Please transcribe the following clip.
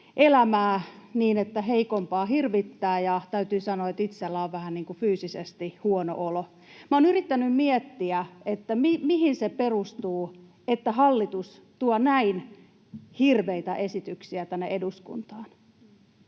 elämää niin, että heikompaa hirvittää, ja täytyy sanoa, että itsellä on vähän niin kuin fyysisesti huono olo. Olen yrittänyt miettiä, mihin se perustuu, että hallitus tuo näin hirveitä esityksiä tänne eduskuntaan,